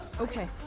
Okay